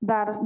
Dar